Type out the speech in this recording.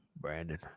Brandon